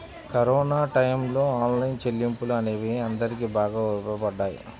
corona టైయ్యంలో online చెల్లింపులు అనేవి అందరికీ బాగా ఉపయోగపడ్డాయి